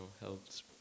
helps